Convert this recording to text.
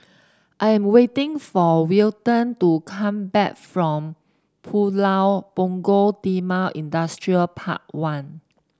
I am waiting for Wilton to come back from Pulau Punggol Timor Industrial Park One